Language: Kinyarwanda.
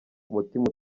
umutima